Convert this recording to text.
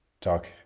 talk